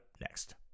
next